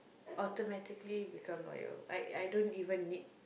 automatically become loyal like I don't even need